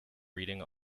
reading